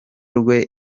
rwe